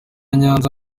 nyanza